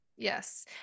Yes